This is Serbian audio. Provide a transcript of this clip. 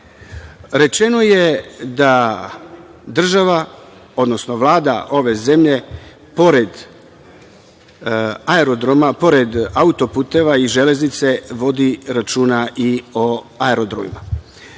rečeno je da država, odnosno Vlada ove zemlje pored aerodroma, pored autoputeva i železnice vodi računa i o aerodromima.S